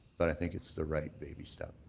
but i think it's the right baby step.